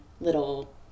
little